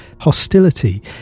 hostility